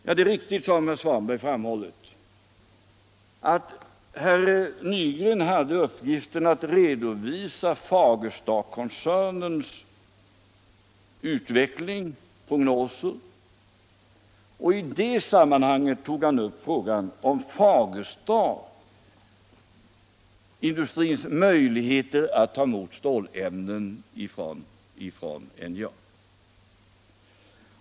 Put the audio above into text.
Det är riktigt som herr Svanberg framhållit att herr Nygren hade uppgiften att redovisa Fagerstakoncernens utveckling och prognoser. I det sammanhanget tog han upp frågan om Fagerstaindustrins möjligheter att ta emot stålämnen ifrån NJA.